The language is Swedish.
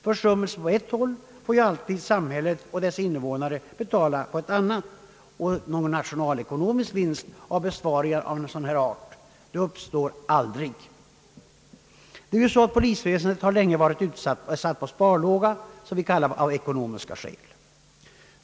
Försummelser på ett håll får ju alltid samhället och dess invånare betala på ett annat, och någon nationalekonomisk vinst av besparingarna av sådan art som denna uppstår aldrig. Polisväsendet har länge av ekonomiska skäl varit satt på sparlåga, som det kallas.